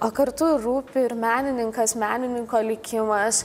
o kartu rūpi ir menininkas menininko likimas